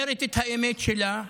אומרת את האמת שלה,